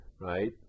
right